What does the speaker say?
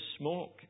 smoke